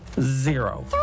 zero